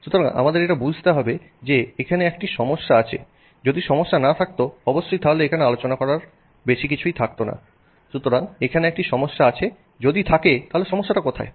সুতরাং আমাদের এটা বুঝতে হবে যে এখানে একটি সমস্যা আছে যদি সমস্যা না থাকতো অবশ্যই তাহলে এখানে আলোচনা করার বেশি কিছুই থাকত না সুতরাং এখানে একটি সমস্যা আছে যদি থাকে তাহলে সমস্যাটা কোথায়